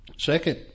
Second